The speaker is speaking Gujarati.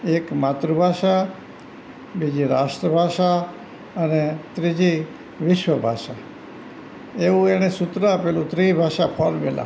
એક માતૃભાષા બીજી રાષ્ટ્રભાષા અને ત્રીજી વિશ્વભાષા એવું એણે સૂત્ર આપેલું ત્રિભાષા ફોર્મેલા